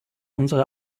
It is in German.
unsere